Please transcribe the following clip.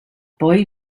boy